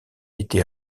été